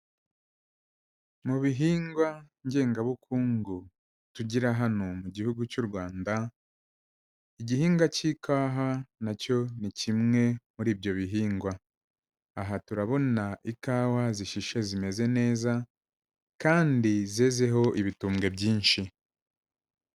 Mu bihingwa ngengabukungu tugira hano mu gihugu cy'u Rwanda, igihingwa k'ikawa na cyo ni kimwe muri ibyo bihingwa. Aha turabona ikawa zishishe zimeze neza, kandi zezeho ibitumbwe byinshi.